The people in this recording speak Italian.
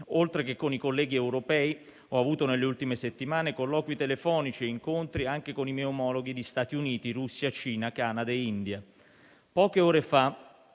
Oltre che con i colleghi europei, ho avuto nelle ultime settimane colloqui telefonici e incontri anche con i miei omologhi di Stati Uniti, Russia, Cina, Canada e India. Poche ore fa